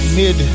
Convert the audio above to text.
mid